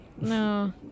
No